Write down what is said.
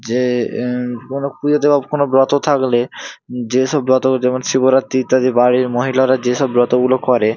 যে কোনও পুজো দেওয়া কোনও ব্রত থাকলে যেসব ব্রত যেমন শিবরাত্রি ইত্যাদি বাড়ির মহিলারা যে সব ব্রতগুলো করে